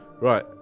Right